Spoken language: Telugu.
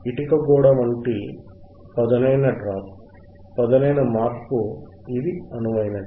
ఇటుక గోడ వంటి పదునైన డ్రాప్ పదునైన మార్పు ఇది అనువైనది